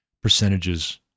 percentages